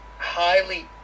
highly